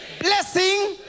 blessing